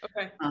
okay